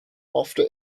after